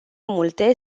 multe